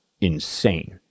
insane